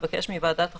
לבקש מוועדת החוקה,